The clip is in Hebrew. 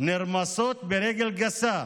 נרמסות ברגל גסה,